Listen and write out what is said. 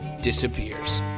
disappears